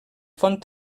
font